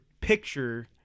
picture